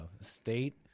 state